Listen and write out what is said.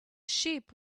sheep